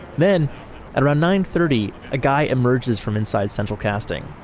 then at around nine thirty, a guy emerges from inside central casting.